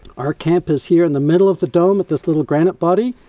our camp is here in the middle of the dome at this little granite body,